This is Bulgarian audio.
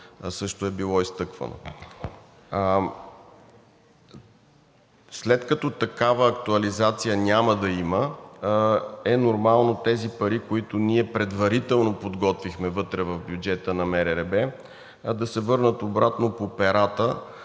също е било изтъквано. След като такава актуализация няма да има, е нормално тези пари, които ние предварително подготвихме вътре в бюджета на МРРБ, да се върнат обратно по перата,